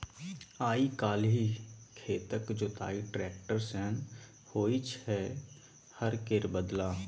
आइ काल्हि खेतक जोताई टेक्टर सँ होइ छै हर केर बदला